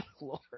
lord